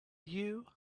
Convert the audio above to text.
you